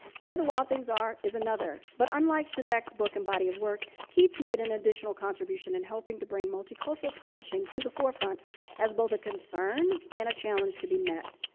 where the wild things are is another. but unlike sendak's book and body of work, keats made an additional contribution in helping to bring multicultural publishing to the forefront as both a concern and a challenge to be met.